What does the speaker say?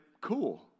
cool